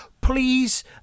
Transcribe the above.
Please